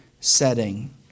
setting